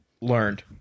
learned